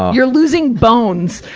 you're losing bones.